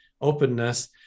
openness